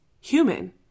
human